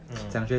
mm